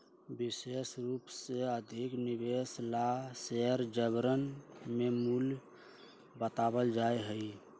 विशेष रूप से अधिक निवेश ला शेयर बजरवन में मूल्य बतावल जा हई